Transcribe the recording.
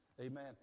Amen